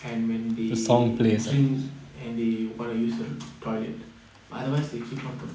and when they drink and they want to use the toilet but otherwise they keep on talking